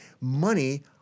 money